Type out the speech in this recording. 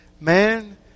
Man